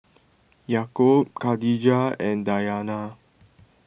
Yaakob Khadija and Dayana